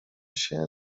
się